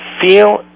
feel